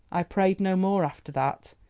i prayed no more after that.